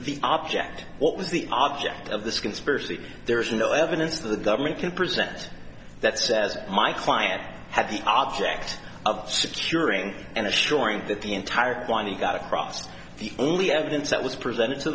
the object what was the object of this conspiracy there is no evidence of the government can present that says my client had the object of securing and assuring that the entire point he got across the only evidence that was presented to